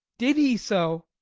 did he so?